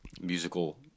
musical